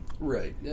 Right